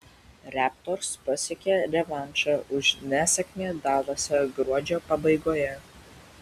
raptors pasiekė revanšą už nesėkmę dalase gruodžio pabaigoje